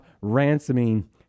ransoming